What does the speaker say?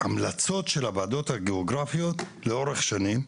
המלצות של הוועדות הגיאוגרפיות לאורך שנים.